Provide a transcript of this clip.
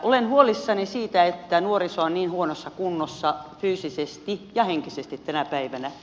olen huolissani siitä että nuoriso on niin huonossa kunnossa fyysisesti ja henkisesti tänä päivänä